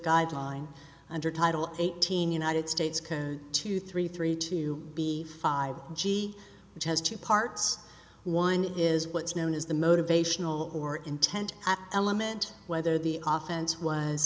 guideline under title eighteen united states code two three three two b five g which has two parts one is what's known as the motivational or intent element whether the